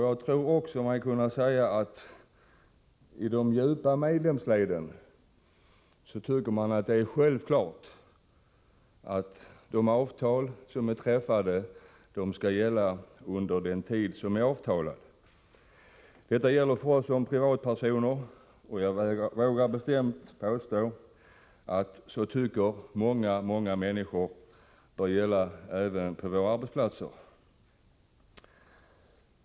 Jag tror mig också kunna säga att i de djupa medlemsleden tycker man att det är självklart att de avtal som är träffade skall gälla under den tid som är överenskommen. Detta gäller oss som privatpersoner, och jag vågar bestämt påstå att så tycker många människor att det skall vara även på våra arbetsplatser.